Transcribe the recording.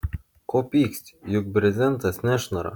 ko pyksti juk brezentas nešnara